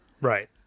Right